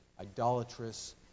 idolatrous